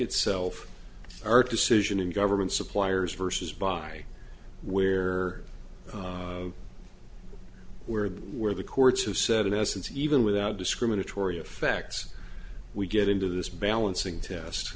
itself or decision in government suppliers versus by where we're where the courts have said in essence even without discriminatory effects we get into this balancing test